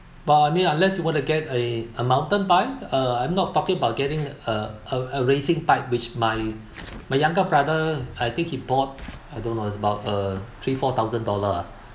but I mean unless you want to get a a mountain bike uh I'm not talking about getting a a a racing bike which my my younger brother I think he bought I don't know it's about uh three four thousand dollar ah